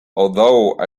although